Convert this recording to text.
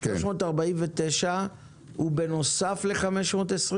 349 הוא בנוסף ל-525?